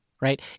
right